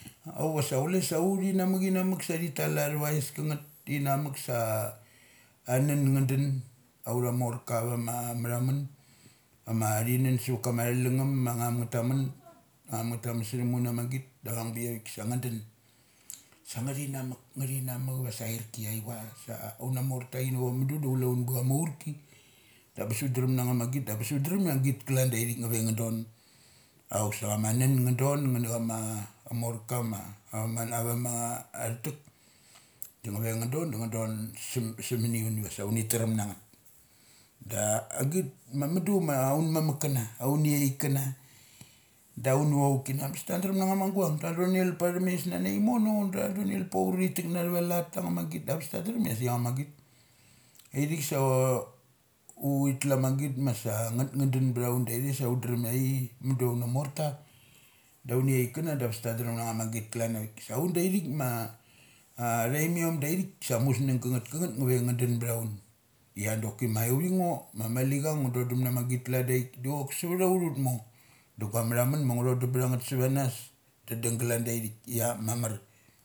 Auk vasa chule vasa uthinamuk, inamuk sathi tal athavis kangeth in amuk sa annum nga dun auth morka ava mathamun, ama thinun sava kama thalungngum ma ngum ng tamnun ma ngum nga tamun stnum un na ma git avang biavik sa nga dun. Sanga ithinamuk, ithinamuk, vasa ariki aichua. Sa auna morta ta ini mudu du chule un ba chama aurki. Da bes utdrem na ma git abes ut drem a git nalan daithik nga don. Auk se chama nunnga don nga na chama amorka ma nga dom sum, summni un divasa uni taram i vasa uni taram nangeth. Da agit ma mudu ma aun mamuk kana, aunichaik kana da aun noch kan na dabes ta drem thonnel pathem mes nanai mono da tha donel paur da thitek na thava lat angngama git da bes ta orum ia sik angama git, i thik sa uthi tluamagit masa ngethnga danbtha undaithik sa undrem ia i mudu aunamorta da aunichaik kana da bes ta drem na magit kalan avik. Sa undaithi kma athhaim iom dai thik sa amusng kang kangeth ngave ve nga dun btha un. Ia doki ma chi vi ngo ma malicha ngo dodum na ma git klan ithik dochock sautha urth umor. Do gua mathamun ma ngo thodum thangeth sa vanas da dung galan daithik ia mamar.